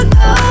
go